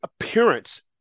appearance